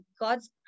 god's